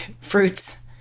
fruits